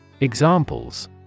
Examples